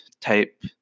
type